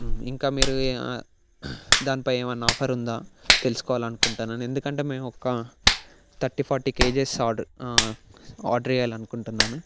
ఇంకా మీరు దానిపై ఏమన్నా ఆఫర్ ఉందా తెలుసుకోవాలనుకుంటానాను ఎందుకంటే మేము ఒక thirty forty kgs order order చేయాలనుకుంటున్నాను